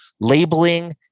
labeling